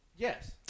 Yes